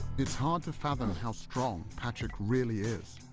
it's hard to fathom how strong patrik really is.